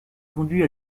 conduit